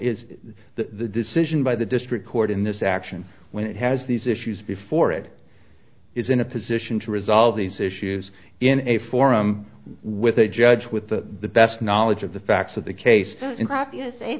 is the decision by the district court in this action when it has these issues before it is in a position to resolve these issues in a forum with a judge with the best knowledge of the facts of the case in crap